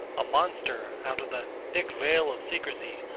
a monster out of the thick veil of secrecy,